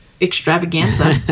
extravaganza